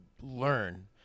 learn